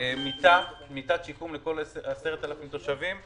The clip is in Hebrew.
מיטת שיקום לכל 10,000 תושבים.